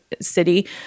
city